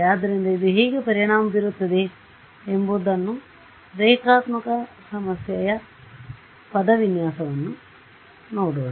ಆದ್ದರಿಂದ ಇದು ಹೇಗೆ ಪರಿಣಾಮ ಬೀರುತ್ತದೆ ಎಂಬುದನ್ನು ಈ ರೇಖಾತ್ಮಕತೆಯ ಪದವಿನ್ಯಾಸ್ವನ್ನು ನೋಡೋಣ